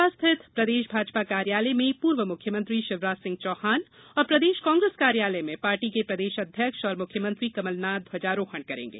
भोपाल स्थित प्रदेश भाजपा कार्यालय में पूर्व मुख्यमंत्री शिवराज सिंह चौहान और प्रदेश कांग्रेस कार्यालय में पार्टी के प्रदेश अध्यक्ष और मुख्यमंत्री कमलनाथ ध्वजारोहण करेंगे